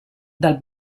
dal